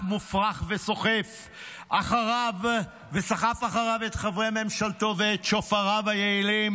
מופרך וסחף אחריו את חברי ממשלתו ואת שופריו היעילים,